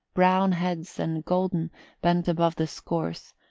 brown heads and golden bent above the scores,